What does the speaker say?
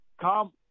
come